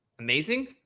Amazing